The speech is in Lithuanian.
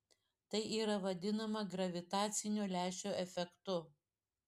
tai yra vadinama gravitacinio lęšio efektu